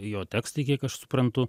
jo tekstai kiek aš suprantu